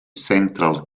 central